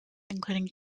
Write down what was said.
including